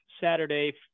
Saturday